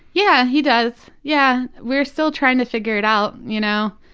yeah he does, yeah we're still trying to figure it out. you know